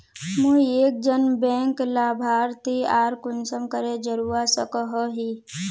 मुई एक जन बैंक लाभारती आर कुंसम करे जोड़वा सकोहो ही?